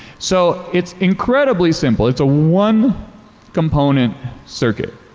so it's incredibly simple. it's a one component circuit.